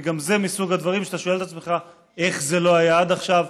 וגם זה מסוג הדברים שאתה שואל את עצמך: איך זה לא היה עד עכשיו?